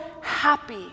happy